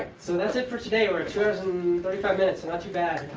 so that's it for today. we're at two hours and thirty five minutes. not too bad.